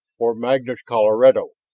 or magnus colorado.